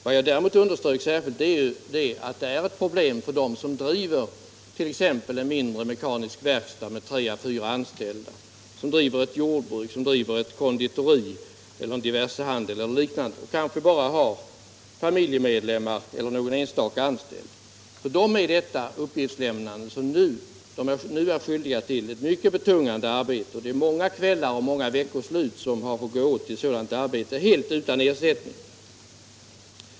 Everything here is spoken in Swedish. Vad jag däremot underströk särskilt var att det är ett problem för dem som driver t.ex. en mindre mekanisk verkstad med tre fyra anställda eller som driver ett jordbruk, ett konditori, en diversehandel eller liknande och kanske bara har familjemedlemmar eller någon enstaka anställd. För dem är det uppgiftslämnande som de nu är skyldiga att fullgöra mycket betungande, och det är många kvällar och många veckoslut som gått åt för sådant arbete, helt utan ersättning.